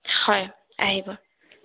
হয় আহিব